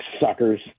suckers